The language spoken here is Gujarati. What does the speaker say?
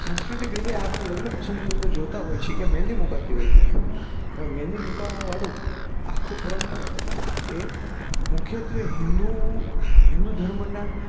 સાસંકૃતિક રીતે આપણે લગ્ન પ્રસંગની અંદર જોતાં હોઈએ છીએ કે મેંદી મૂકાતી હોય છે હવે મેંદી મુકાવા વાળું આખું પરંપરા એ મુખ્યત્વે હિન્દુ હિન્દુ ધર્મના